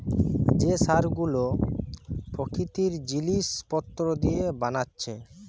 যে সার গুলো প্রাকৃতিক জিলিস পত্র দিয়ে বানাচ্ছে